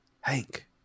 Hank